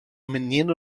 menino